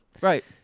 Right